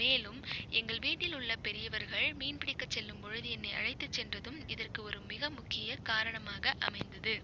மேலும் எங்கள் வீட்டில் உள்ள பெரியவர்கள் மீன் பிடிக்க செல்லும் பொழுது என்னை அழைத்துச் சென்றதும் இதற்கு ஒரு மிக முக்கிய காரணமாக அமைந்தது